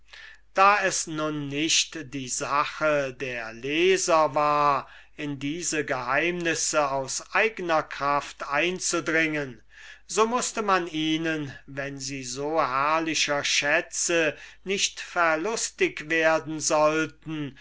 da es nun nicht die sache der leser war in diese geheimnisse aus eigner kraft einzudringen so mußte man ihnen wenn sie so herrlicher schätze nicht verlustigt werden sollten